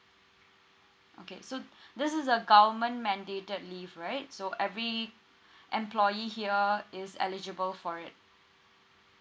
okay so this is a government mandated leave right so every employee here is eligible for it